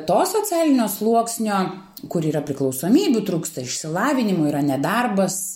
to socialinio sluoksnio kur yra priklausomybių trūksta išsilavinimo yra nedarbas